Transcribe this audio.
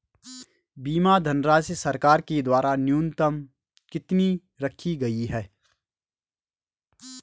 बीमा धनराशि सरकार के द्वारा न्यूनतम कितनी रखी गई है?